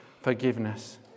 forgiveness